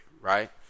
right